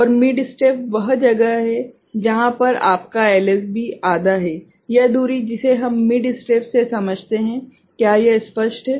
और mid step वह जगह है जहां पर आपका एलएसबी आधा है यह दूरी जिसे हम मिड स्टेप से समझते हैं क्या यह स्पष्ट है